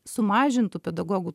sumažintų pedagogų